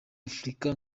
afurika